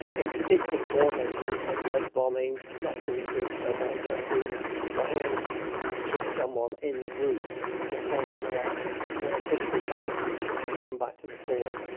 it's it's a form of of love bombing, not to recruit someone but to try and keep someone in the group at a point where their critical faculties have come back to the fore.